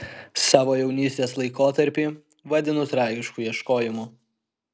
savo jaunystės laikotarpį vadinu tragišku ieškojimu